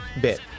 bit